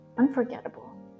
unforgettable